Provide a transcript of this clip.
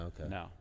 okay